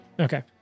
Okay